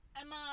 Emma